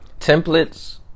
Templates